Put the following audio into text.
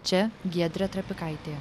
čia giedrė trapikaitė